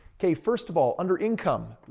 okay, first of all, under income.